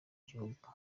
gihugu